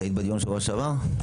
היית בדיון שבוע שעבר?